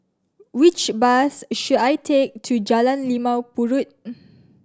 which bus should I take to Jalan Limau Purut